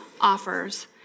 offers